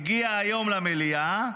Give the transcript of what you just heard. הוא הגיע היום למליאה,